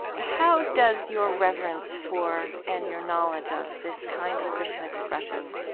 how does your reverence for and your knowledge of this kind of christian expression,